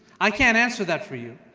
i can't answer that for you,